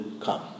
come